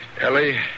Ellie